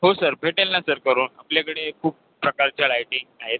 हो सर भेटेल नं सर करून आपल्याकडे खूप प्रकारच्या लाइटिंग्ज आहेत